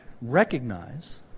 Recognize